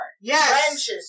Yes